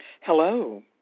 Hello